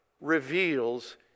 reveals